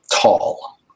tall